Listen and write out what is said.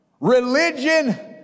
religion